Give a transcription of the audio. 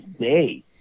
day